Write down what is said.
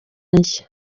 nshya